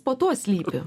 po to slypi